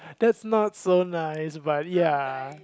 that's not so nice but ya